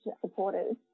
supporters